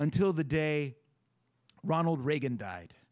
until the day ronald reagan died